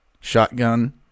shotgun